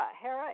Hera